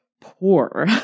poor